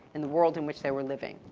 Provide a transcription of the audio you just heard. in the world in which they were living.